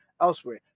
elsewhere